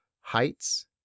Heights